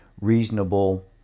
reasonable